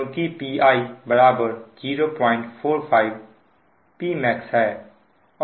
क्योंकि Pi 045Pmax है